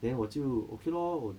then 我就 okay lor 我